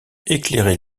éclairait